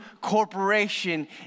corporation